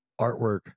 artwork